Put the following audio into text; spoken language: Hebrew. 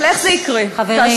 אבל איך זה יקרה, חברים.